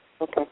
Okay